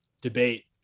debate